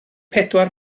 pedwar